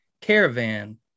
Caravan